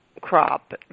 crop